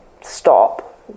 Stop